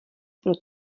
pro